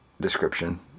description